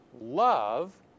love